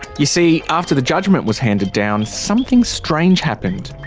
you see, after the judgement was handed down something strange happened.